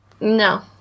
No